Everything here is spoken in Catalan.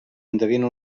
endevina